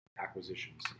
acquisitions